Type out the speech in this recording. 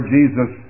Jesus